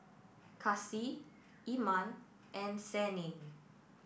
Kasih Iman and Senin